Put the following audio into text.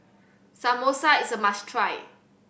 samosa is a must try